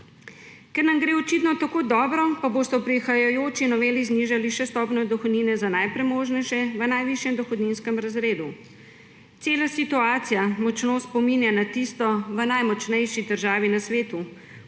Ker nam gre očitno tako dobro, pa boste v prihajajoči noveli znižali še stopnjo dohodnine za najpremožnejše v najvišjem dohodninskem razredu. Cela situacija močno spominja na tisto v najmočnejši državi na svetu,